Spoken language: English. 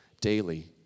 Daily